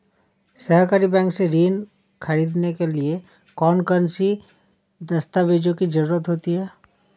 सहकारी बैंक से ऋण ख़रीदने के लिए कौन कौन से दस्तावेजों की ज़रुरत होती है?